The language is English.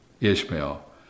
Ishmael